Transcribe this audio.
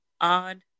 odd